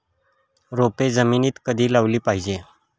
रोपे जमिनीत कधी लावली पाहिजे?